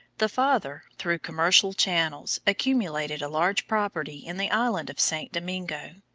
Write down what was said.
the father, through commercial channels, accumulated a large property in the island of st. domingo.